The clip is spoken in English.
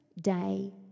day